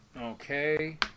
okay